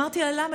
אמרתי לה: למה?